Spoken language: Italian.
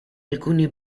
alcuni